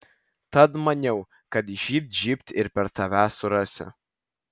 tad maniau kad žybt žybt ir per tave surasiu